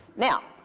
now,